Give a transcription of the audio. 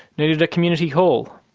needed a community hall.